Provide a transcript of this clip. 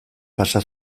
pasa